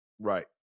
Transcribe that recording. Right